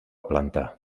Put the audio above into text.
planta